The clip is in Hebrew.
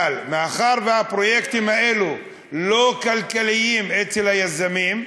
אבל מאחר שהפרויקטים האלה לא כלכליים, אצל היזמים,